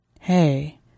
Hey